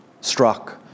struck